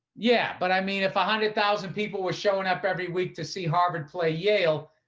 yeah. but i mean, if a hundred thousand people were showing up every week to see harvard play yale,